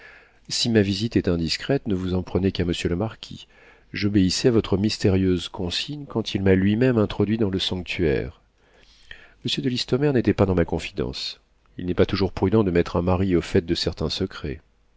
si ma visite est indiscrète ne vous en prenez qu'à monsieur le marquis j'obéissais à votre mystérieuse consigne quand il m'a lui-même introduit dans le sanctuaire monsieur de listomère n'était pas dans ma confidence il n'est pas toujours prudent de mettre un mari au fait de certains secrets